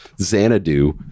Xanadu